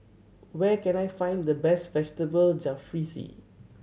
where can I find the best Vegetable Jalfrezi